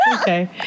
Okay